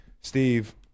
Steve